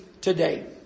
today